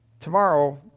Tomorrow